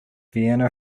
vienna